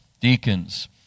deacons